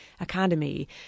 academy